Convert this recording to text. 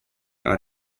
are